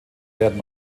werden